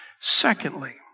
Secondly